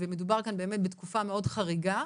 ומדובר כאן באמת בתקופה מאוד חריגה,